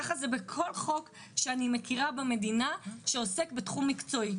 כך זה בכל חוק שאני מכירה במדינה שעוסק בתחום מקצועי,